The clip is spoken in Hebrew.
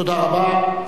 תודה רבה.